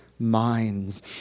Minds